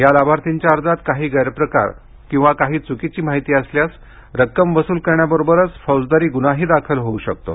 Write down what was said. या लाभार्थींच्या अर्जात काही गैर प्रकार किंवा काही चुकीची माहिती असल्यास रक्कम वसूल करण्याबरोबरच फौजदारी गुन्हाही दाखल होऊ शकतो